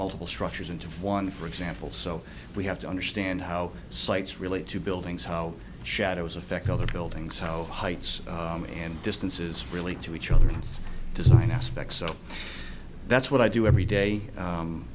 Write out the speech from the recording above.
multiple structures into one for example so we have to understand how sites relate to buildings how shadows affect other buildings how the heights and distances relate to each other and design aspects so that's what i do every day